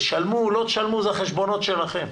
תשלמו, לא תשלמו, זה החשבונות שלכם.